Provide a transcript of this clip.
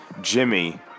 Jimmy